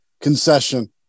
concession